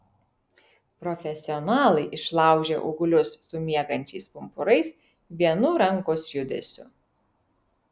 profesionalai išlaužia ūglius su miegančiais pumpurais vienu rankos judesiu